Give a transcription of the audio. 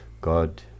God